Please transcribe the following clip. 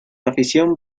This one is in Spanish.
afición